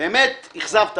באמת אכזבת אותי.